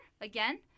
again